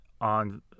on